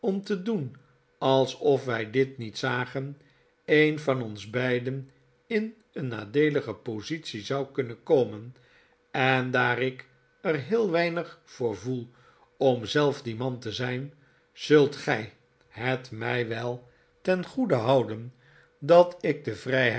om te doen alsof wij dit niet zagen een van ons beiden in een nadeelige positie zbu kunnen komen en daar ik er heel weinig voor voel om zelf die man te zijn zult gij het mij wel ten afscheid van londen goede houden dat ik de vrijheid